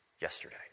yesterday